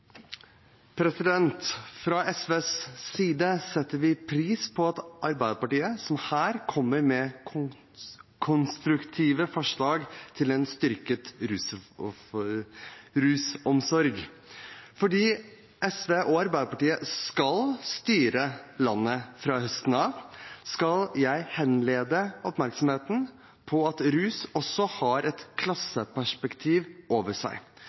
Fra SVs side setter vi pris på at Arbeiderpartiet, som her, kommer med konstruktive forslag til en styrket rusomsorg. Fordi SV og Arbeiderpartiet skal styre landet fra høsten av, skal jeg henlede oppmerksomheten på at rus også har et klasseperspektiv over seg.